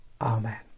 Amen